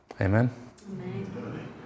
amen